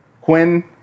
Quinn